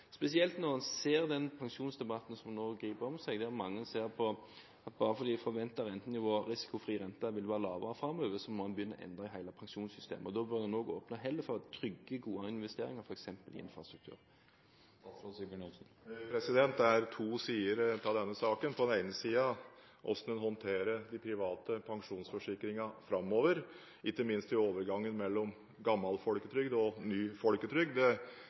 spesielt når en ser den pensjonsdebatten som nå griper om seg, der mange ser at bare fordi forventet rentenivå av risikofri rente vil være lavere framover, så må en begynne å endre hele pensjonssystemet. Da bør en heller åpne for trygge, gode investeringer, f.eks. i infrastruktur. Det er to sider av denne saken. På den ene siden er hvordan en håndterer de private pensjonsforsikringene framover, ikke minst i overgangen mellom gammel folketrygd og ny folketrygd.